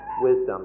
wisdom